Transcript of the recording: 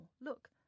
look